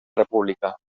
república